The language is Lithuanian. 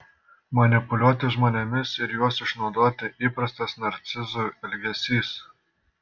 manipuliuoti žmonėmis ir juos išnaudoti įprastas narcizų elgesys